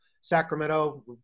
Sacramento